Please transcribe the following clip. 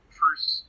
first